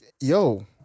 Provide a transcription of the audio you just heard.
yo